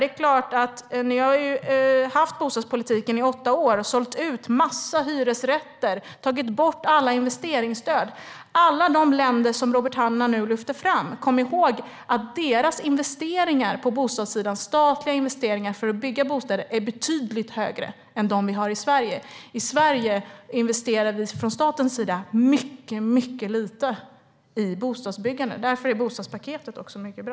Ni har haft bostadspolitiken i åtta år, sålt ut en massa hyresrätter och tagit bort alla investeringsstöd. Robert Hannah lyfte fram några länder. Kom ihåg att deras statliga investeringar på bostadssidan för att bygga bostäder är betydligt högre än dem vi har i Sverige. I Sverige investerar vi från statens sida väldigt lite i bostadsbyggandet. Därför är också bostadspaketet mycket bra.